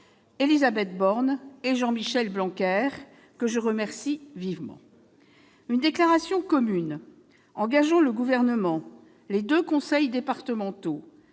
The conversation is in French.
Élisabeth Borne et Jean-Michel Blanquer, que je remercie vivement. Une déclaration commune engageant le Gouvernement, les deux conseils départementaux,